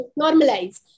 Normalize